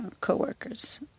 co-workers